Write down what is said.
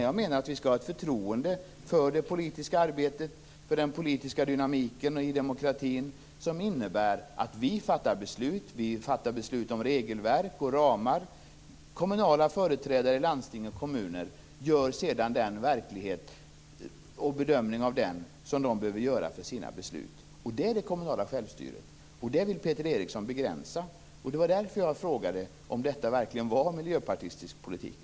Jag menar att vi skall ha ett förtroende för det politiska arbetet, för den politiska dynamiken och demokratin som innebär att vi fattar beslut om regelverk och ramar medan kommunala företrädare, landsting och kommuner sedan gör den verklighetsbedömning de behöver för sina beslut. Det är det kommunala självstyret. Det är det som Peter Eriksson vill begränsa. Därför frågade jag om detta verkligen är miljöpartistisk politik.